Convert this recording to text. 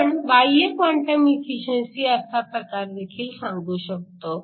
आपण बाह्य quantum efficiency असा प्रकारदेखील सांगू शकतो